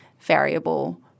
variable